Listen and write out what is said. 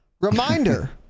reminder